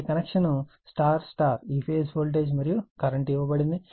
కాబట్టి connection Y Y ఈ phase voltage మరియు కరెంట్ ఇవ్వబడింది